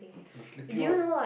a sleepy what